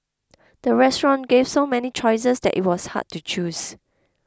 the restaurant gave so many choices that it was hard to choose